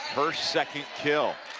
her second kill.